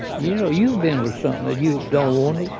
you know, you've been with something that you don't want it.